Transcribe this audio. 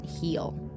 heal